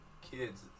kids